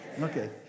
Okay